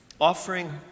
offering